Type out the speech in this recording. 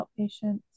outpatient